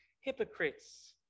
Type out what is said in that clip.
hypocrites